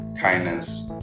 Kindness